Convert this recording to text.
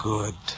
Good